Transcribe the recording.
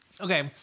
Okay